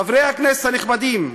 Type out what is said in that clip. חברי הכנסת הנכבדים,